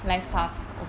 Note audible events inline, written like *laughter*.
*noise*